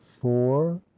four